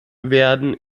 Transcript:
werden